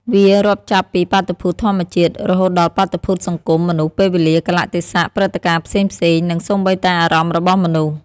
វារាប់ចាប់ពីបាតុភូតធម្មជាតិ រហូតដល់បាតុភូតសង្គម មនុស្ស ពេលវេលា កាលៈទេសៈ ព្រឹត្តិការណ៍ផ្សេងៗ និងសូម្បីតែអារម្មណ៍របស់មនុស្ស។